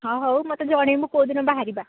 ହଁ ହେଉ ମୋତେ ଜଣାଇବୁ କେଉଁ ଦିନ ବାହାରିବା